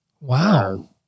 Wow